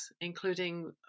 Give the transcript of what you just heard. including